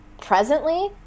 presently